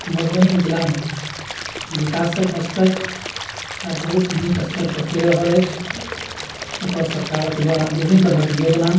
मधुबनी जिलामे विकासक स्तर एकटा बहुत नीक स्तर पर चलि रहल अछि एतऽ सरकारके द्वारा विभिन्न तरहके योजना